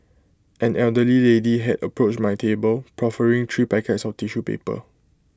an elderly lady had approached my table proffering three packets of tissue paper